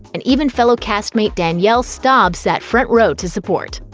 and even fellow castmate danielle staub sat front row to support.